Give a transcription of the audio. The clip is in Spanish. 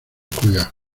juega